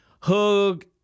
hug